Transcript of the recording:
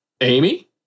Amy